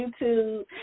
YouTube